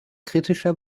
kritischer